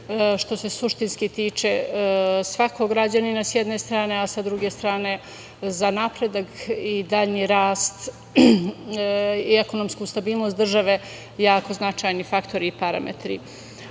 što se suštinski tiče svakog građanina sa jedne strane, a sa druge strane za napredak i dalji rast i ekonomsku stabilnost države jako značajni faktori i parametri.U